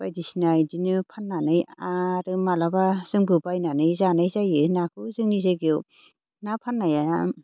बायदिसिना बिदिनो फाननानै आरो माब्लाबा जोंबो बायनानै जानाय जायो नाखौ जोंनि जायगायाव ना फाननाया